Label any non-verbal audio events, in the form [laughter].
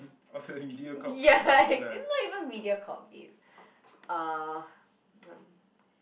Yeah [laughs] like it's not even mediacorp babe um